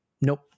Nope